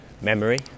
memory